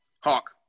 Hawk